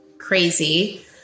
crazy